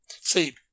See